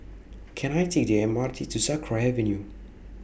Can I Take The M R T to Sakra Avenue